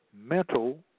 mental